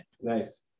Nice